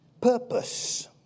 purpose